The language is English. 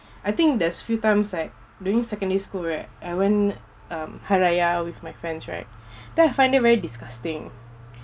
I think there's few times right during secondary school right I went um hari raya with my friends right then I find it very disgusting